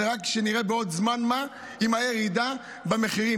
זה רק כשנראה בעוד זמן מה אם הייתה ירידה במחירים.